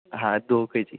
हा द्वे के जि